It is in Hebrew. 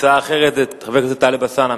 הצעה אחרת לחבר הכנסת טלב אלסאנע.